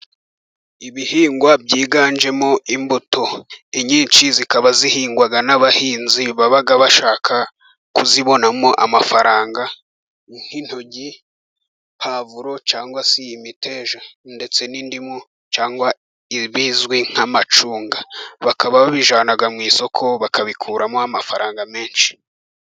Ibihingwa byiganjemo imbuto nyinshi, zikaba zihingwa n'abahinzi baba bashaka kuzibonamo amafaranga, nk'intoryi, puwavuro cyangwa se imiteja ndetse n'indimu, cyangwa ibizwi nk'amacunga. Bakaba babijyana mu isoko bakabikuramo amafaranga menshi.